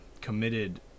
committed